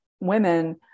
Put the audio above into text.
women